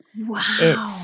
Wow